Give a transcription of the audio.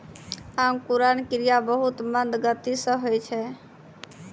अंकुरन क्रिया बहुत मंद गति सँ होय छै